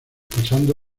pasando